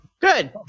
Good